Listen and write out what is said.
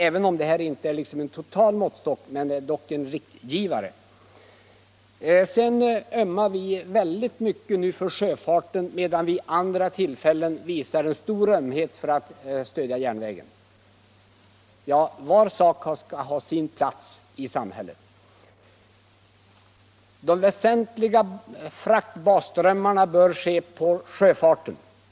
Även om detta inte är en exakt måttstock så är det dock en riktgivare. Sedan ömmar vi i mittenpartierna väldigt mycket för sjöfarten, medan vi vid andra tillfällen visar stor ömhet för järnvägen och vill stödja den, sade herr Östrand. Ja, var sak skall ha sin plats i samhället. De tyngsta fraktströmmarna bör ske via sjöfarten.